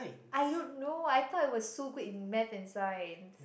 I don't know I thought I was so good in math and Science